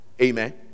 amen